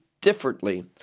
differently